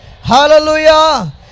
Hallelujah